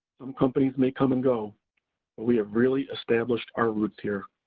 some companies may come and go, but we have really established our roots here.